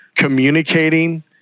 communicating